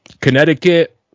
Connecticut